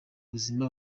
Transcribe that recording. buzima